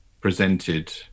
presented